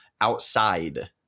outside